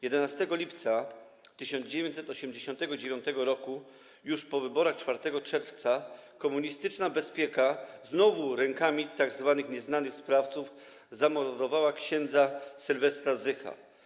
11 lipca 1989 r., już po wyborach 4 czerwca, komunistyczna bezpieka znowu rękami tzw. nieznanych sprawców zamordowała ks. Sylwestra Zycha.